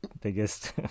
biggest